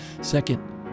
Second